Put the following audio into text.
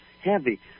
heavy